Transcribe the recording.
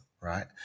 right